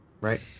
right